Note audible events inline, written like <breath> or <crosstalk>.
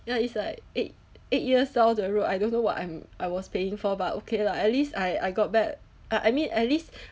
ya it's like eight eight years down the road I don't know what I'm I was paying for but okay lah at least I I got back uh I mean at least <breath>